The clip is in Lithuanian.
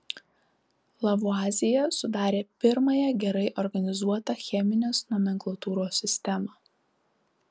lavuazjė sudarė pirmąją gerai organizuotą cheminės nomenklatūros sistemą